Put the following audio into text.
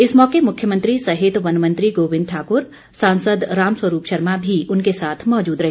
इस मौके मुख्यमंत्री सहित वनमंत्री गोबिंद ठाकुर सांसद रामस्वरूप शर्मा भी उनके साथ मौजूद रहे